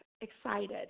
excited